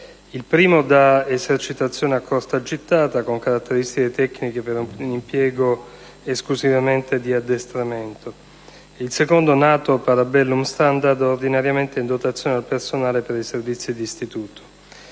il primo da esercitazione a corta gittata, con caratteristiche tecniche per un impiego esclusivamente addestrativo; il secondo «NATO Parabellum Standard», ordinariamente in dotazione al personale per i servizi di istituto.